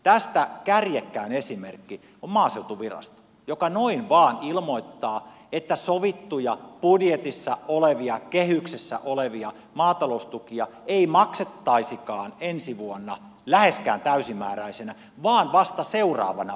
tästä kärjekkäin esimerkki on maaseutuvirasto joka noin vain ilmoittaa että sovittuja budjetissa olevia kehyksessä olevia maataloustukia ei maksettaisikaan ensi vuonna läheskään täysimääräisenä vaan vasta seuraavana vuonna